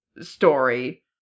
story